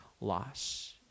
loss